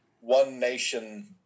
one-nation